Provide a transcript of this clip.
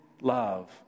love